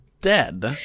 dead